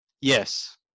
Yes